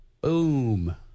Boom